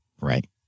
Right